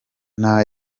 nta